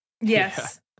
Yes